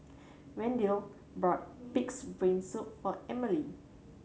Wendel bought Pig's Brain Soup for Emely